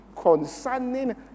concerning